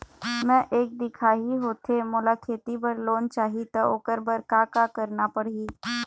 मैं एक दिखाही होथे मोला खेती बर लोन चाही त ओकर बर का का करना पड़ही?